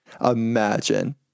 Imagine